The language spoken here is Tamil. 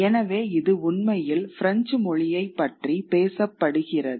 எனவே இது உண்மையில் பிரெஞ்சு மொழியைப் பற்றி பேசப்படுகிறது